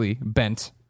bent